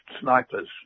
snipers